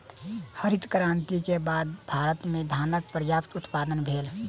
हरित क्रांति के बाद भारत में धानक पर्यात उत्पादन भेल